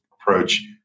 approach